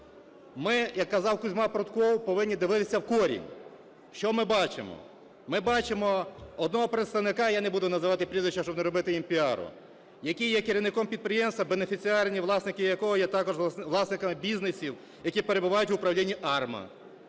Ми, як казав Козьма Прутков, повинні дивитися в корінь. Що ми бачимо? Ми бачимо одного представника (я не буду називати прізвища, щоб не робити їм піару), який є керівником підприємства, бенефіціарні власники якого є також власниками бізнесів, які перебувають в управлінні АРМА.